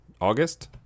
August